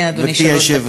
בבקשה.